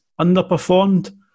underperformed